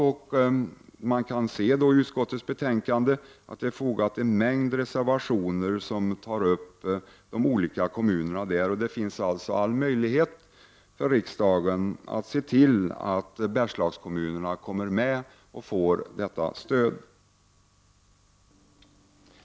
Av betänkandet framgår att det finns en mängd reservationer som gäller de olika kommunerna. Riksdagen har alltså alla möjligheter att medverka till att Bergslagskommunerna kommer med här och får stöd.